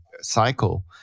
cycle